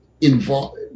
involved